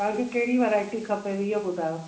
तव्हांखे कगिड़ी वराएटी खपे इहो ॿुधायो